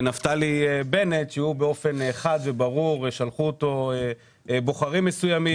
של נפתלי בנט ששלחו אותן בוחרים מסוימים